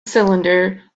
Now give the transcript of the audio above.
cylinder